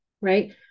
right